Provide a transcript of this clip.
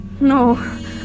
No